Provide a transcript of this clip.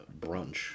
brunch